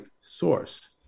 source